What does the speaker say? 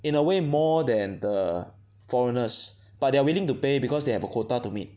in a way more than the foreigners but they are willing to pay because they have a quota to meet